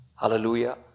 Hallelujah